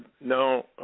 no